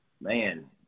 man